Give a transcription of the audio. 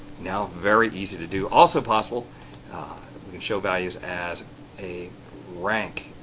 now very easy to do, also possible we can show values as a rank,